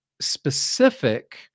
specific